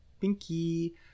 Pinky